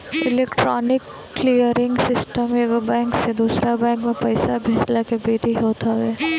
electronic clearing system एक bank से दूसरा बैंक में पईसा भेजला के विधि हवे